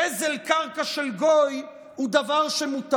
גזל קרקע של גוי הוא דבר שמותר?